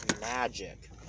magic